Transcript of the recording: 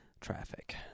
Traffic